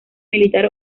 militar